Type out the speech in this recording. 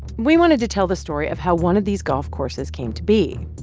we wanted to tell the story of how one of these golf courses came to be.